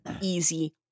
easy